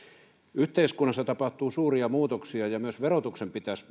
yhteiskunnassa tapahtuu suuria muutoksia ja myös verotuksen pitäisi